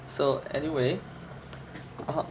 so anyway (uh huh)